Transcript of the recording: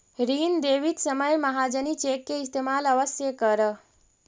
ऋण देवित समय महाजनी चेक के इस्तेमाल अवश्य करऽ